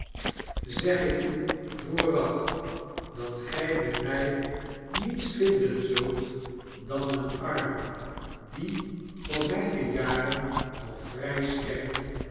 zeg ik u vooraf dat gij bij mij niets vinden zult dan een arm die voor mijne jaren nog vrij sterk